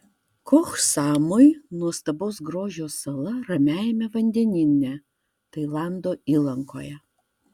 koh samui nuostabaus grožio sala ramiajame vandenyne tailando įlankoje